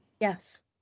Yes